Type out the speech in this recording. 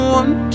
one